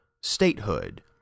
statehood